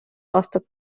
aastat